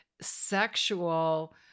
sexual